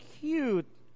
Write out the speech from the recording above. cute